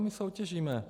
My soutěžíme.